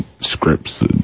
scripts